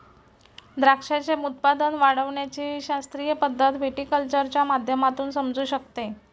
द्राक्षाचे उत्पादन वाढविण्याची शास्त्रीय पद्धत व्हिटीकल्चरच्या माध्यमातून समजू शकते